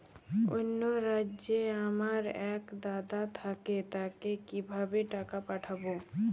অন্য রাজ্যে আমার এক দাদা থাকে তাকে কিভাবে টাকা পাঠাবো?